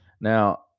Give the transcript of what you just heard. Now